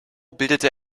bildete